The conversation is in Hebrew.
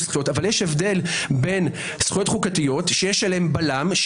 זכויות אבל יש הבדל בין זכויות חוקתיות שיש עליהן בלם,